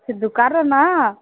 ସେ ଦୋକାର ନାଁ